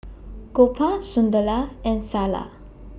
Gopal Sunderlal and Sanal